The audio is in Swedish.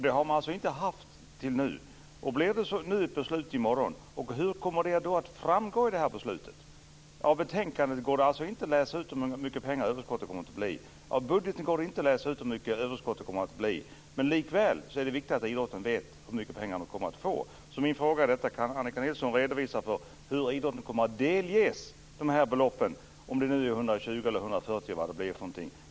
Det har man alltså inte vetat förrän nu. Nu fattas det ett nytt beslut i morgon. Hur kommer detta då att framgå av beslutet? Av betänkandet går det inte att utläsa hur stort överskottet kommer att bli. Det går inte heller att utläsa av budgeten hur stort det kommer att bli. Likväl är det viktigt att idrotten vet hur mycket pengar som man kommer att få. Min fråga är: Kan Annika Nilsson redogöra för hur idrotten kommer att delges detta belopp, om det nu blir 120 eller 140 miljoner.